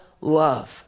love